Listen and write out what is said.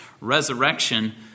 resurrection